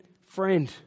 friend